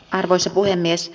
arvoisa puhemies